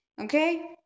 Okay